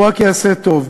הוא רק יעשה טוב.